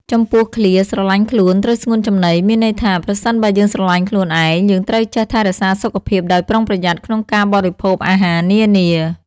ចំពោះឃ្លា ស្រឡាញ់ខ្លួន ត្រូវស្ងួនចំណី មានន័យថា ប្រសិនបើយើងស្រឡាញ់ខ្លួនឯង យើងត្រូវចេះថែរក្សាសុខភាពដោយប្រុងប្រយ័ត្នក្នុងការបរិភោគអាហារនានា។